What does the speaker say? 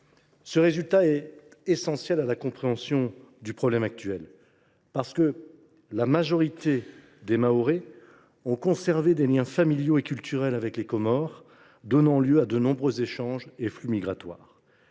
Ce résultat est essentiel à la compréhension du problème actuel. En effet, la majorité des Mahorais ont conservé des liens familiaux et culturels avec les Comores, ce qui donne lieu à de nombreux échanges et flux migratoires.